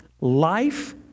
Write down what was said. life